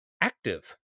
active